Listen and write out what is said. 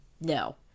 no